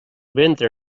ventre